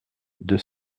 deux